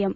M